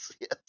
Yes